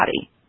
body